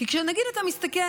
כי נגיד אתה מסתכל